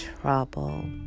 trouble